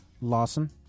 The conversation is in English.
Lawson